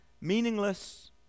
Meaningless